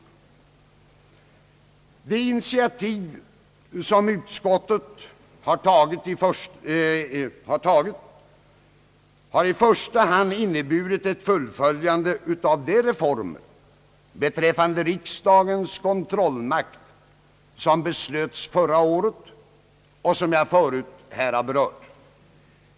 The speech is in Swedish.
De initiativ som utskottet har tagit har i första hand inneburit ett fullföljande av de reformer beträffande riksdagens kontrollmakt som beslöts förra året och som jag förut har berört.